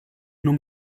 nur